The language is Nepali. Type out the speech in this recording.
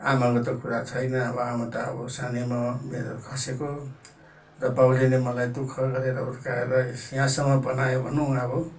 आमाको त कुरा छैन अब आमा त अब सानैमा मेरो खसेको र बाउले नै मलाई दुखः गरेर हुर्काएर यस यहाँसम्म बनायो भनौँ अब